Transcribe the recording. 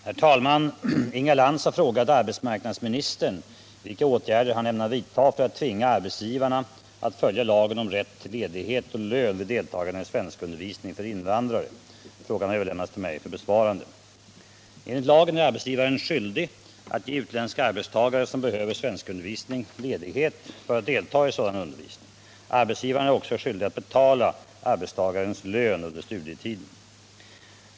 Herr talman! Inga Lantz har frågat arbetsmarknadsministern vilka åtgärder han ämnar vidta för att tvinga arbetsgivarna att följa lagen om rätt till ledighet och lön vid deltagande i svenskundervisning för invandrare. Frågan har överlämnats till mig för besvarande. Enligt lagen är arbetsgivaren skyldig att ge utländsk arbetstagare som behöver svenskundervisning ledighet för att delta i sådan undervisning. Arbetsgivaren är också skyldig att betala arbetstagaren lön under studietiden.